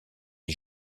est